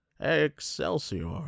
Excelsior